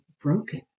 broken